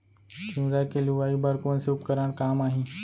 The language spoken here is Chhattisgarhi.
तिंवरा के लुआई बर कोन से उपकरण काम आही?